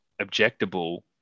objectable